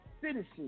citizenship